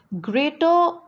greater